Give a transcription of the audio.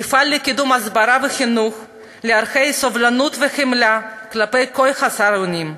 אפעל לקידום הסברה וחינוך לערכי סובלנות וחמלה כלפי כל חסר אונים,